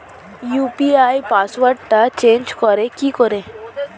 UPI পাসওয়ার্ডটা change করে কি করে?